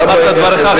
אמרת את דברך.